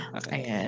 Okay